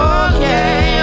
okay